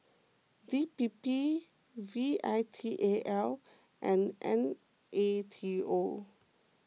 D P P V I T A L and N A T O